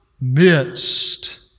midst